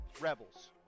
Rebels